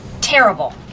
terrible